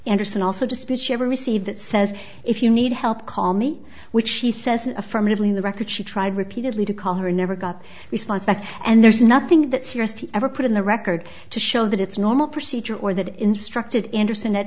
anderson also disputes you ever received that says if you need help call me which she says affirmatively the record she tried repeatedly to call her never got a response back and there's nothing that seriously ever put in the record to show that it's normal procedure or that instructed inter